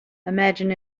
imagine